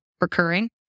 recurring